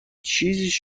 چیزیش